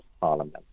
Parliament